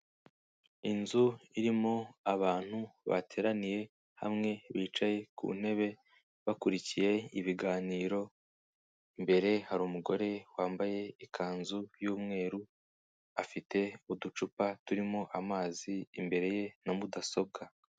Inzu irimo abantu bateraniye hamwe, bicaye ku ntebe bakurikiye ibiganiro, imbere hari umugore wambaye ikanzu y'umweru, afite uducupa turimo amazi imbere ye na mudasobwa.